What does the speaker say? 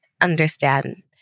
understand